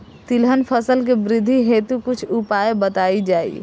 तिलहन फसल के वृद्धी हेतु कुछ उपाय बताई जाई?